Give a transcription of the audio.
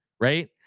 Right